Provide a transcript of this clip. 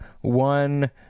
one